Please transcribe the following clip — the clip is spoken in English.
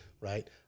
right